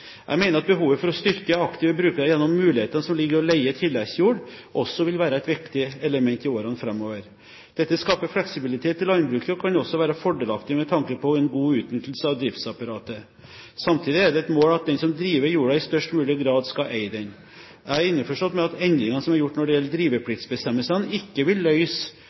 Jeg mener at behovet for å styrke aktive brukere gjennom mulighetene som ligger i å leie tilleggsjord, også vil være et viktig element i årene framover. Dette skaper fleksibilitet i landbruket, og kan også være fordelaktig med tanke på en god utnyttelse av driftsapparatet. Samtidig er det et mål at den som driver jorda, i størst mulig grad skal eie den. Jeg er innforstått med at endringer som er gjort når det gjelder drivepliktsbestemmelsene, ikke vil